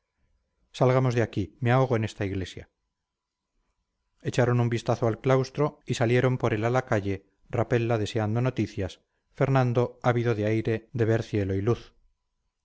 salgamos de aquí me ahogo en esta iglesia echaron un vistazo al claustro y salieron por él a la calle rapella deseando noticias fernando ávido de aire de ver cielo y luz